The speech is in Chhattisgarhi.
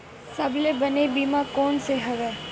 सबले बने बीमा कोन से हवय?